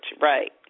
right